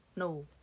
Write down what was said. No